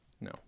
No